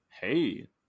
Hey